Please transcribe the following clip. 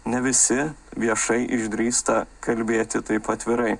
ne visi viešai išdrįsta kalbėti taip atvirai